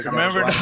Remember